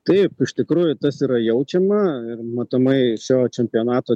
taip iš tikrųjų tas yra jaučiama ir matomai šio čempionato